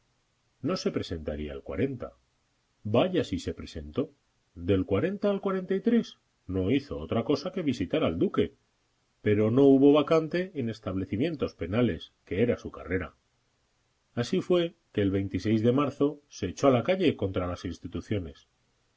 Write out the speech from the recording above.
no se presentaría el vaya si se presentó del al no hizo otra cosa que visitar al duque pero no hubo vacante en establecimientos penales que era su carrera así fue que el de marzo se echó a la calle contra las instituciones